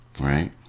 right